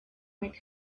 might